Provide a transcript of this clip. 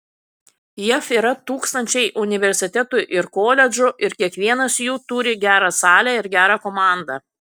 jav yra tūkstančiai universitetų ir koledžų ir kiekvienas jų turi gerą salę ir gerą komandą